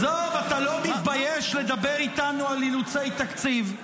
עזוב, אתה לא מתבייש לדבר איתנו על אילוצי תקציב?